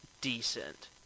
decent